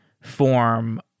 form